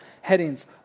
headings